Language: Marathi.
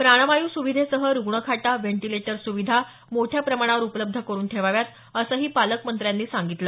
प्राणवायू सुविधेसह रुग्णखाटा व्हेंटिलेटर सुविधा मोठ्या प्रमाणावर उपलब्ध करून ठेवाव्यात असंही पालकमंत्र्यांनी सांगितलं